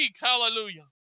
Hallelujah